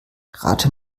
rate